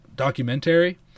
Documentary